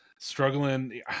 Struggling